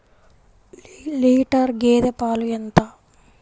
Litre గేదె పాలు ఎంత?